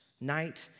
Night